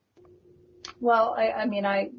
well, i mean, i,